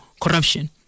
corruption